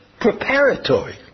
preparatory